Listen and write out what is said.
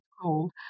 cold